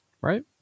right